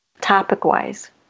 topic-wise